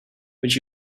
would